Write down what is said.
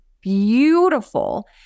beautiful